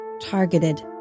Targeted